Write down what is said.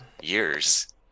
years